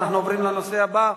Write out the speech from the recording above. אנחנו עוברים לנושא הבא.